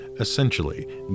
Essentially